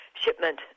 shipment